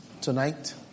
tonight